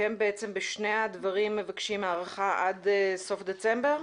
ואתם בעצם בשני הדברים מבקשים הארכה עד סוף דצמבר?